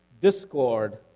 discord